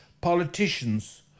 politicians